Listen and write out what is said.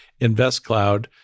InvestCloud